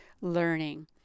learning